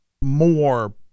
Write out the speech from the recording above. more